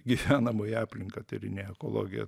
gyvenamoji aplinką tyrinėja ekologija